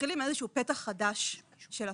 מתחילים איזה שהוא פתח חדש של הפרטה.